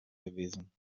gewesen